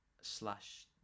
slash